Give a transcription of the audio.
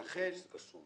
לכן